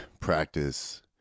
practice